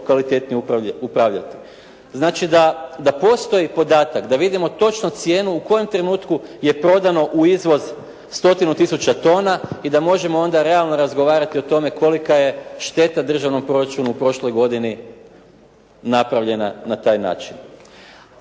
kvalitetnije upravljati. Znači, da postoji podatak da vidimo točno cijenu u kojem trenutku je prodano u izvoz stotinu tisuća tona i da možemo onda realno razgovarati o tome kolika je šteta državnom proračunu u prošloj godini napravljena na taj način.